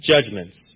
judgments